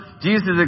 Jesus